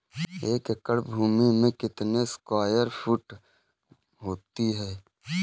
एक एकड़ भूमि में कितने स्क्वायर फिट होते हैं?